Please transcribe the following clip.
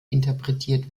interpretiert